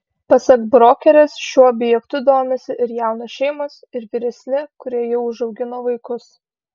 pasak brokerės šiuo objektu domisi ir jaunos šeimos ir vyresni kurie jau užaugino vaikus